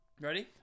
Ready